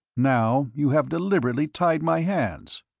now you have deliberately tied my hands.